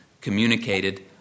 communicated